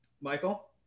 Michael